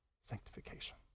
sanctification